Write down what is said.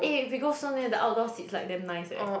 eh we go so near the outdoor seats like damn nice eh